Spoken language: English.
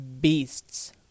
beasts